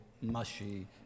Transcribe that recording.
mushy